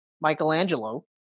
Michelangelo